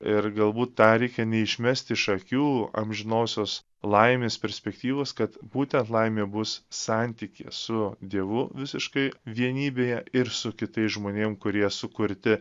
ir galbūt tą reikia neišmesti iš akių amžinosios laimės perspektyvos kad būtent laimė bus santykyje su dievu visiškai vienybėje ir su kitais žmonėm kurie sukurti